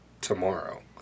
tomorrow